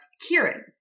Kieran